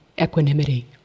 equanimity